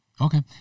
Okay